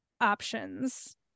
options